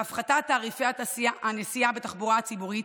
להפחתת תעריפי הנסיעה בתחבורה הציבורית,